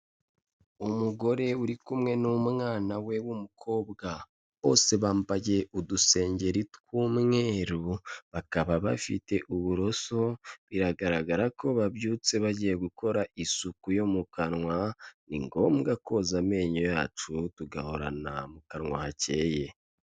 Umugore uri kumwe n'umwana we w'umukobwa bose bambaye udusengeri tw'umweru bakaba bafite uburoso biragaragara ko babyutse bagiye gukora isuku yo mu kanwa. Ni ngombwa koza amenyo yacu tugahorana mu kanwa hakeye.